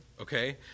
okay